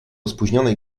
spóźnionej